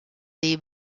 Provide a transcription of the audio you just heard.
dei